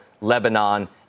Lebanon